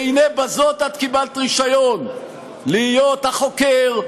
והנה בזאת את קיבלת רישיון להיות החוקר,